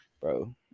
Bro